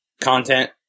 content